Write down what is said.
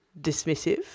dismissive